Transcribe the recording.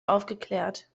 aufgeklärt